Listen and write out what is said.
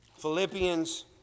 Philippians